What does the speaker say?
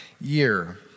year